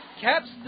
Caps